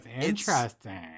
interesting